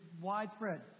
widespread